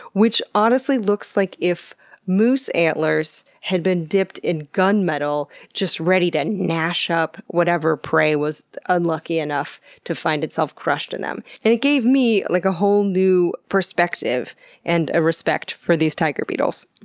which honestly looks like if moose antlers had been dipped in gunmetal, just ready to and gnash up whatever prey was unlucky enough to find itself crushed in them. and it gave me like a whole new perspective and respect for these tiger beetles.